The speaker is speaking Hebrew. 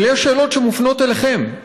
אבל יש שאלות שמופנות אליכם,